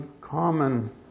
common